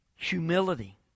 Humility